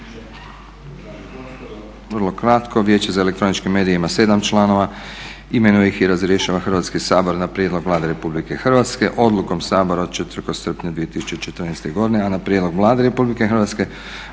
vrlo kratko. Vijeće za elektroničke medije ima 7 članova, imenuje ih i razrješava Hrvatski sabor. Na prijedlog Vlade Republike Hrvatske odlukom Sabora od 4. srpnja 2014. godine, a na prijedlog Vlade Republike Hrvatske